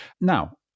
Now